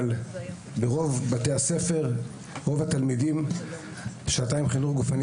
אבל ברוב בתי הספר לרוב התלמידים יש שעתיים חינוך גופני,